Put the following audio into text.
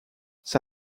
ça